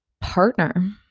partner